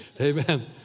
Amen